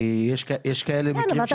כי יש כאלה מקרים של ביצה ותרנגולת.